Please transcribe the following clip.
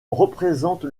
représente